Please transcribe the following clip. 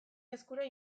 eskura